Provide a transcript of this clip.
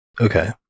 Okay